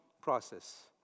process